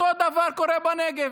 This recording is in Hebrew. אותו דבר קורה בנגב,